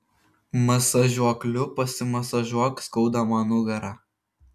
masažuokliu pasimasažuok skaudamą nugarą